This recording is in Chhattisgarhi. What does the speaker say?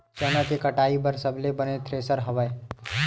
चना के कटाई बर सबले बने थ्रेसर हवय?